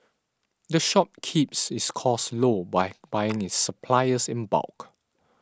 the shop keeps its costs low by buying its suppliers in bulk